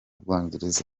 bwongereza